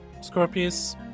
Scorpius